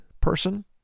person